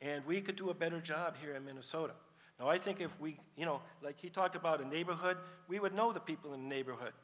and we could do a better job here in minnesota and i think if we you know like you talked about a neighborhood we would know the people in a neighborhood